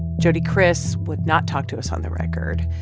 jody kriss would not talk to us on the record.